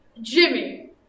Jimmy